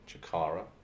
Chakara